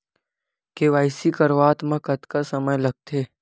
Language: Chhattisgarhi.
के.वाई.सी करवात म कतका समय लगथे?